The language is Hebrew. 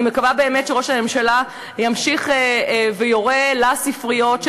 ואני מקווה באמת שראש הממשלה ימשיך ויורה לספריות של